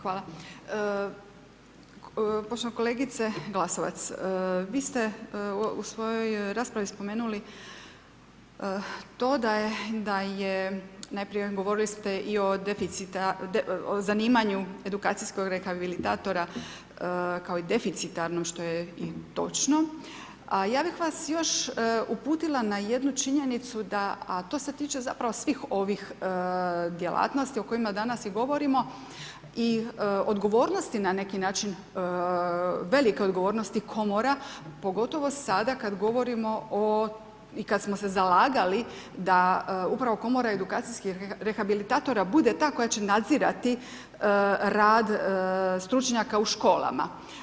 Hvala, poštovana kolegice Glasovac, vi ste u svojoj raspravi spomenuli to da je, najprije govorili ste i o zanimanju edukacijskog rehabilitatora kao i deficitarnom što je i točno, a ja bih vas još uputila na jednu činjenicu da, a to se tiče zapravo svih ovih djelatnosti o kojima danas i govorimo i odgovornosti na neki način, velike odgovornosti komora pogotovo sada kad govorimo i kad smo se zalagali da upravo komora edukacijskih rehabilitatora bude ta koja će nadzirati rad stručnjaka u školama.